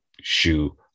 shoe